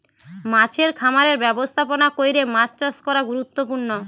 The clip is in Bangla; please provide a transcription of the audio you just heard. মাছের খামারের ব্যবস্থাপনা কইরে মাছ চাষ করা গুরুত্বপূর্ণ